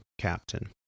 captain